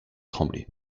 trembler